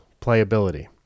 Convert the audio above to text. playability